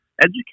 Educate